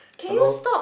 hello